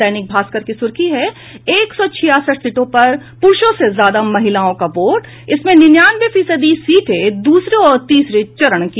दैनिक भास्कर की सुर्खी है एक सौ छियासठ सीटों पर प्रूर्षों से ज्यादा महिलाओं का वोट इनमें निन्यानवे फीसदी सीटे दूसरे और तीसरे चरण की